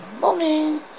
Morning